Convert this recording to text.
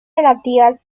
relativas